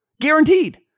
Guaranteed